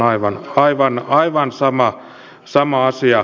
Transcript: tässä on aivan sama asia